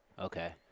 Okay